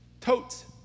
totes